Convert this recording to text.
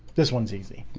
this one's easy